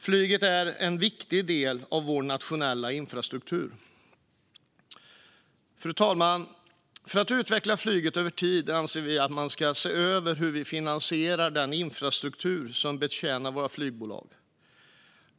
Flyget är en viktig del av vår nationella infrastruktur. Fru talman! För att utveckla flyget över tid anser vi att man ska se över hur vi finansierar den infrastruktur som betjänar våra flygbolag.